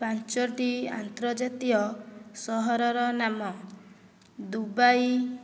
ପାଞ୍ଚଟି ଆନ୍ତର୍ଜାତୀୟ ସହରର ନାମ ଦୁବାଇ